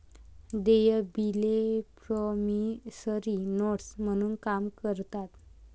देय बिले promissory notes म्हणून काम करतात